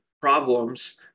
problems